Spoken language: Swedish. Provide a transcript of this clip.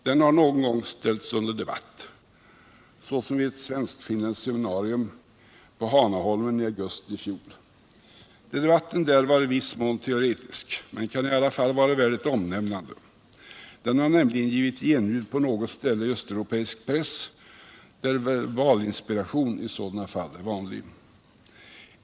Den har någon gång ställts under debatt, såsom vid ett svenskt-finländskt seminarium på Hanaholmen i augusti i fjol. Debatten där var i viss mån teoretisk men kan i alla fall vara värd ett omnämnande. Den har nämligen givit genljud på något ställe i östeuropeisk press, där verbalinspiration i sådana fall ofta förekommer.